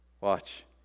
Watch